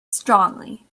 strongly